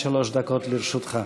עד שלוש דקות לרשותך.